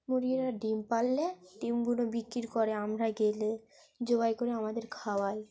মুরগিরা ডিম পাড়লে ডিমগুলো বিক্রি করে আমরা গেলে জবাই করে আমাদের খাওয়ায়